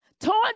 Torn